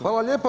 Hvala lijepa.